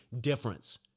difference